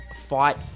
fight